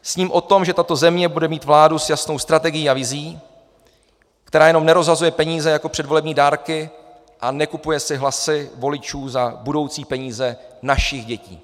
Sním o tom, že tato země bude mít vládu s jasnou strategií a vizí, která jenom nerozhazuje peníze jako předvolební dárky a nekupuje si hlasy voličů za budoucí peníze našich dětí.